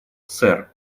сэр